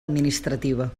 administrativa